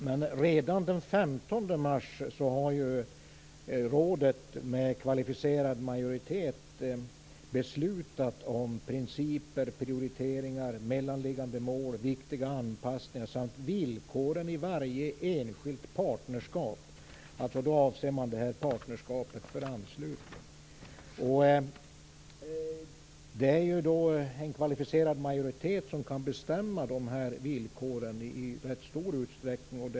Men redan den 15 mars har ju rådet med kvalificerad majoritet beslutat om principer, prioriteringar, mellanliggande mål, viktiga anpassningar samt villkoren i varje enskilt partnerskap. Då avser man alltså det här partnerskapet för anslutning. Det är ju en kvalificerad majoritet som gäller när man skall bestämma villkoren i rätt stor utsträckning.